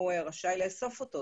הוא רשאי לאסוף אותו.